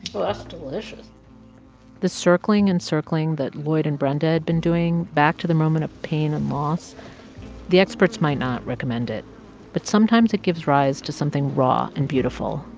delicious the circling and circling that lloyd and brenda had been doing back to the moment of pain and loss the experts might not recommend it but sometimes it gives rise to something raw and beautiful,